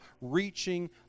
reaching